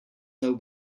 know